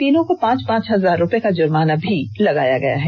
तीनों को पांच पांच हजार रुपये का जुर्माना भी लगाया गया है